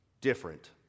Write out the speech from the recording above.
different